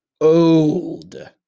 old